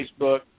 Facebook